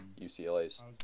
UCLA's